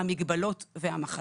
המגבלות והמחלות.